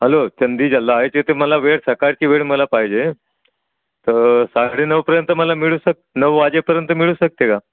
hello चंदी जल्ला आहे त्याचे ते मला वेळ सकाळची वेड मला पाहिजे तर साडे नऊपर्यंत मला मिळू शक नऊ वाजेपर्यंत मिळू शकते का